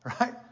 right